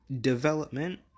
development